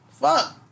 Fuck